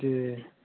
जी